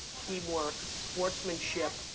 teamwork, sportsmanship,